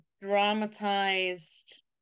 dramatized